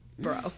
bro